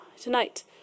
tonight